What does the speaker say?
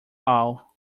all